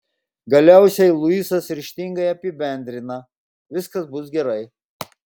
galiausiai luisas ryžtingai apibendrina viskas bus gerai